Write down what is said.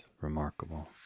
remarkable